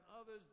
others